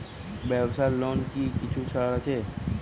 ব্যাবসার লোনে কি কিছু ছাড় আছে?